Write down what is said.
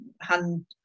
hand